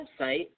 website